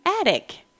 attic